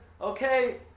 Okay